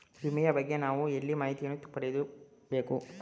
ವಿಮೆಯ ಬಗ್ಗೆ ನಾವು ಎಲ್ಲಿ ಮಾಹಿತಿಯನ್ನು ಪಡೆಯಬೇಕು?